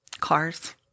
Cars